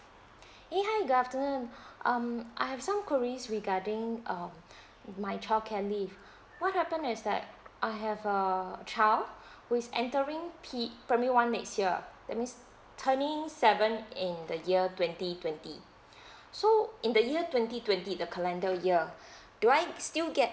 hey hi good afternoon um I have some queries regarding um my childcare leave what happen is that I have a child who is entering pri~ primary one next year that means turning seven in the year twenty twenty so in the year twenty twenty the calendar year do I still get